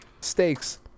steaks